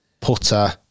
putter